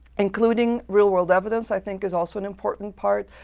including real-world evidence, i think, is also an important part.